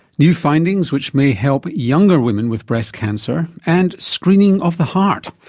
new findings which may help younger women with breast cancer. and screening of the heart.